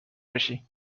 باشی